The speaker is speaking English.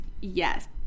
yes